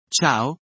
Ciao